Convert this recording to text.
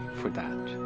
for that.